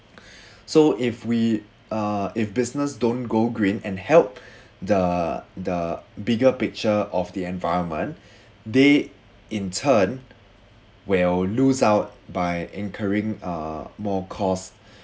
so if we uh if business don't go green and help the the bigger picture of the environment they in turn will lose out by incurring uh more costs